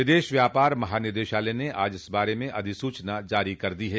विदेश व्यापार महानिदेशालय ने आज इस बारे अधिसूचना जारी कर दी है